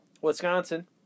Wisconsin